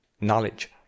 knowledge